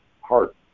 heart